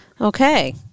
Okay